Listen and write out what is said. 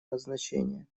назначения